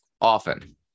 often